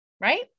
Right